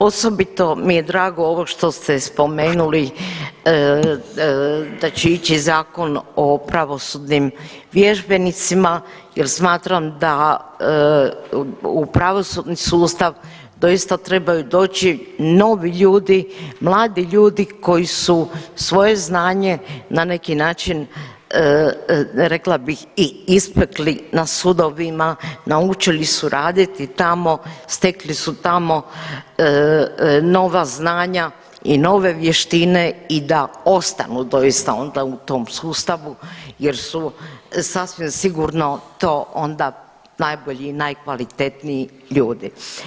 Osobito mi je drago ovo što ste spomenuli da će ići Zakon o pravosudnim vježbenicima jer smatram u pravosudni sustav doista trebaju doći novi ljudi, mladi ljudi koji su svoje znanje na neki način rekla bih i ispekli na sudovima, naučili su raditi tamo, stekli su tamo nova znanja i nove vještine i da ostanu doista onda u tom sustavu jer su sasvim sigurno to onda najbolji i najkvalitetniji ljudi.